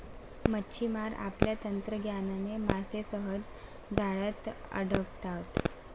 मच्छिमार आपल्या तंत्रज्ञानाने मासे सहज जाळ्यात अडकवतात